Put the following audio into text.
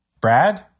Brad